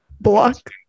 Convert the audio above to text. Block